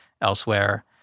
elsewhere